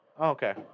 Okay